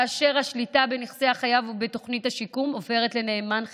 והשליטה בנכסי החייב ובתוכנית השיקום עוברת לנאמן חיצוני,